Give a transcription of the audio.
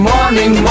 Morning